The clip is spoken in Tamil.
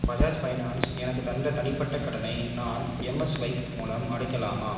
பஜாஜ் ஃபைனான்ஸ் எனக்குத் தந்த தனிப்பட்ட கடனை நான் எமஎஸ்வைப் மூலம் அடைக்கலாமா